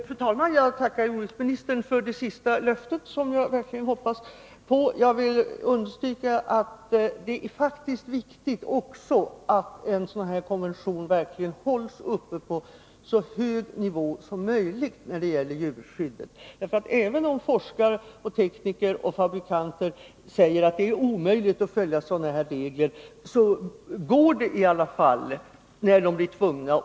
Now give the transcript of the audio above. Fru talman! Jag tackar jordbruksministern för det sista löftet, som jag verkligen hoppas på. Jag vill understryka att det faktiskt också är viktigt att en sådan här konvention verkligen hålls uppe på så hög nivå som möjligt när det gäller djurskyddet. Även om forskare, tekniker och fabrikanter säger att det är omöjligt att följa sådana här regler, går det i alla fall när de blir tvungna.